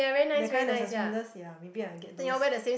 that kind the suspenders ya maybe I get those